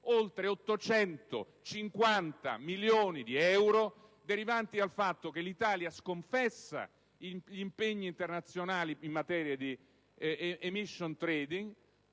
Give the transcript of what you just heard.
oltre 850 milioni di euro derivanti dal fatto che l'Italia sconfessa gli impegni internazionali in materia di *emission trading*